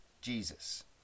Jesus